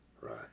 Right